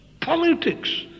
politics